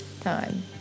time